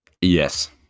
Yes